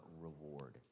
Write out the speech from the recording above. reward